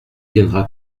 viendra